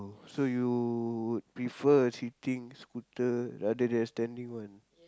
so you prefer sitting scooter rather than standing one